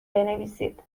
بنویسید